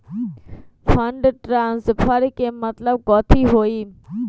Fund transfer के मतलब कथी होई?